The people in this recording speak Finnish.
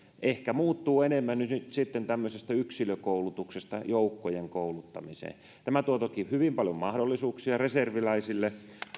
ehkä muuttuu enemmän nyt nyt yksilökoulutuksesta joukkojen kouluttamiseen tämä tuo toki hyvin paljon mahdollisuuksia reserviläisille